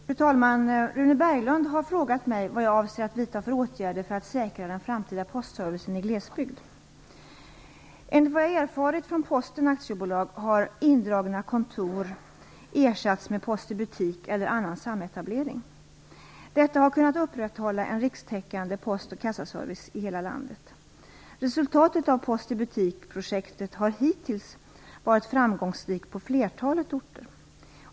Fru talman! Rune Berglund har frågat mig vad jag avser att vidta för åtgärder för att säkra den framtida postservicen i glesbygd. Enligt vad jag erfarit från Posten AB har indragna kontor ersatts med Post i butik eller annan sametablering - detta för att kunna upprätthålla en rikstäckande post och kassaservice i hela landet. Resultatet av Post i butik-projektet har hittills varit framgångsrikt på flertalet orter.